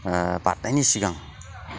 बारनायनि सिगां